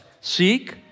Seek